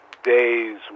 Days